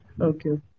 Okay